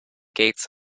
gates